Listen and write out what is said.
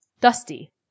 Dusty